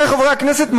עמיתי חברי הכנסת,